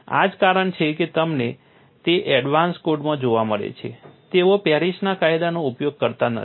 આ જ કારણ છે કે તમને તે એડવાન્સ કોડમાં જોવા મળે છે તેઓ પેરિસના કાયદાનો ઉપયોગ કરતા નથી